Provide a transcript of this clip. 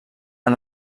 han